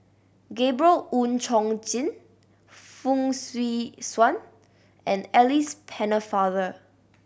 Gabriel Oon Chong Jin Fong Swee Suan and Alice Pennefather